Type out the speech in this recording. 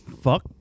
Fuck